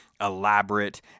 elaborate